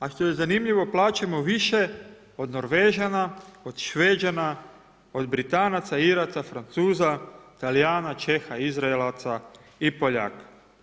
A što je zanimljivo plaćamo više od Norvežana, od Šveđana, od Britanaca, Iraca, Francuza, Talijana, Čeha, Izraelaca i Poljaka.